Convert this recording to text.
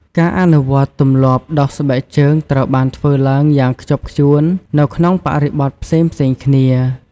ការអនុវត្តទម្លាប់ដោះស្បែកជើងត្រូវបានធ្វើឡើងយ៉ាងខ្ជាប់ខ្ជួននៅក្នុងបរិបទផ្សេងៗគ្នា។